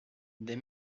des